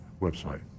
website